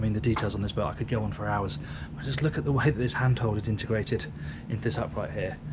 i mean the details on this boat, i could go on for hours, i just look at the way that this handhold is integrated into this upright here,